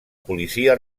policia